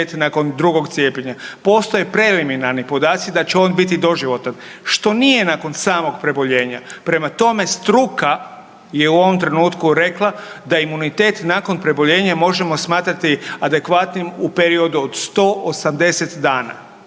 nakon drugog cijepljenja. Postoje preliminarni podaci da će on biti doživotan, što nije nakon samog preboljenja, prema tome struka je u ovom trenutku rekla da imunitet nakon preboljenja možemo smatrati adekvatnim u periodu od 180 dana